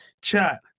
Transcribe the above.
chat